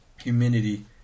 Humidity